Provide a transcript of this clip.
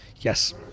Yes